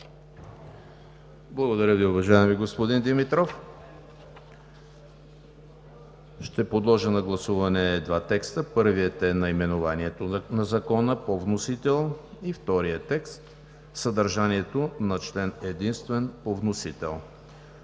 Благодаря Ви, уважаеми господин Димитров. Подлагам на гласуване два текста – наименованието на Закона по вносител и съдържанието на член единствен по вносител.